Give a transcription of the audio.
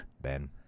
Ben